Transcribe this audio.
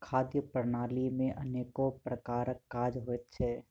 खाद्य प्रणाली मे अनेको प्रकारक काज होइत छै